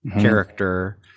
character